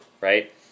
right